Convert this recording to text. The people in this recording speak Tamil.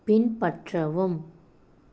பின்பற்றவும்